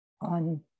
on